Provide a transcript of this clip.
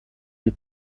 wie